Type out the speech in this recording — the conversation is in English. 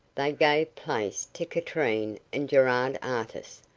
they gave place to katrine and gerard artis,